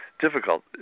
difficult